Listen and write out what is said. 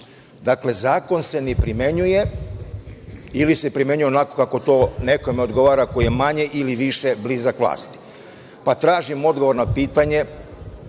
Dakle, zakon se ne primenjuje ili se primenjuje onako kako to nekome odgovara koji ja manje ili više blizak vlasti. Tražim odgovor na pitanje,